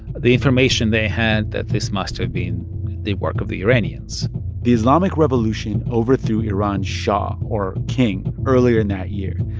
the information they had that this must have been the work of the iranians the islamic revolution overthrew iran's shah, or king, earlier in that year.